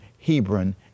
Hebron